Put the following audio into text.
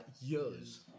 years